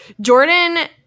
Jordan